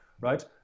right